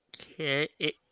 Okay